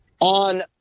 on